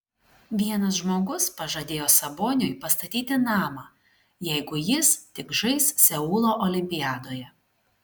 vienas žmogus pažadėjo saboniui pastatyti namą jeigu jis tik žais seulo olimpiadoje